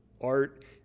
art